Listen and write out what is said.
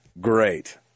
great